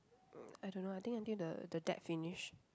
I don't know I think until the the deck finish